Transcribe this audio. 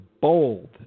bold